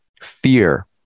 fear